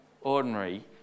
ordinary